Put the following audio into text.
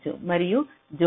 మరియు జోడించవచ్చు